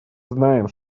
знаем